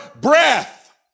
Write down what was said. breath